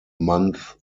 month